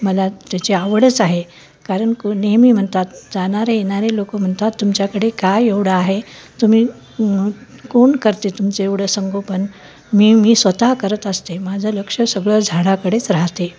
मला त्याची आवडच आहे कारण कोण नेहमी म्हणतात जाणारे येणारे लोक म्हणतात तुमच्याकडे काय एवढं आहे तुम्ही कोण करते तुमचं एवढं संगोपन मी मी स्वतः करत असते माझं लक्ष सगळं झाडाकडेच राहते